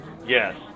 Yes